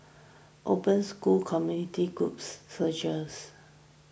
open school community groups searchers